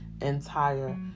entire